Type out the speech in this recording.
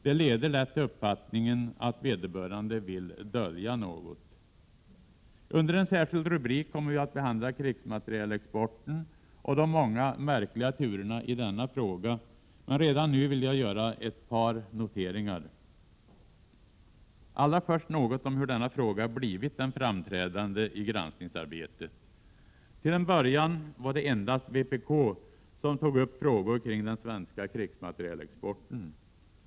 Det leder lätt till uppfattningen att vederbörande vill dölja något. Under en särskild rubrik kommer vi att behandla krigsmaterielexporten och de många märkliga turerna i denna fråga. Redan nu vill jag dock göra ett par noteringar. Allra först något om hur denna fråga blivit den framträdande i granskningsarbetet. Till en början var det endast vpk som tog upp frågor kring den svenska krigsmaterielexporten.